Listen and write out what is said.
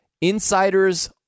insiders